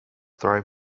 thrive